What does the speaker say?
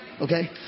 Okay